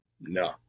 no